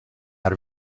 out